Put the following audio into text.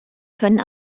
können